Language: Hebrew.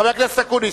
חבר הכנסת אקוניס,